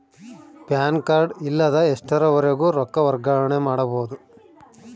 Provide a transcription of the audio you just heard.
PAN card ಇಲ್ಲದ ಎಷ್ಟರವರೆಗೂ ರೊಕ್ಕ ವರ್ಗಾವಣೆ ಮಾಡಬಹುದು?